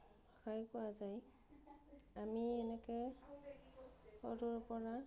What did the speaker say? ভাষাই কোৱা যায় আমি এনেকে সৰুৰপৰা